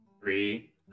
Three